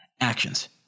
Actions